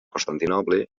constantinoble